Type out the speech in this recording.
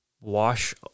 wash